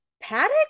paddock